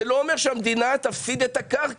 זה לא אומר שהמדינה תפסיד את הקרקע,